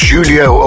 Julio